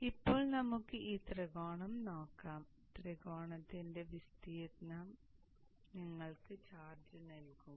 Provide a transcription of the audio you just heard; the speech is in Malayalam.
അതിനാൽ ഇപ്പോൾ നമുക്ക് ഈ ത്രികോണം നോക്കാം ത്രികോണത്തിന്റെ വിസ്തീർണ്ണം നിങ്ങൾക്ക് ചാർജ് നൽകും